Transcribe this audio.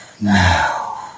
Now